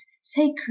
sacred